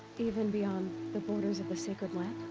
even beyond. the borders of the sacred land?